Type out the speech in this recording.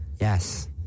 yes